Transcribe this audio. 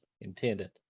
intended